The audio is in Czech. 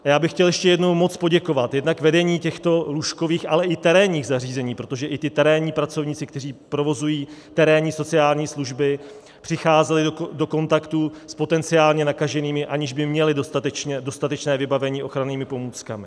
A já bych chtěl ještě jednou moc poděkovat jednak vedení těchto lůžkových, ale i terénních zařízení, protože i ti terénní pracovníci, kteří provozují terénní sociální služby, přicházeli do kontaktu s potenciálně nakaženými, aniž by měli dostatečné vybavení ochrannými pomůckami.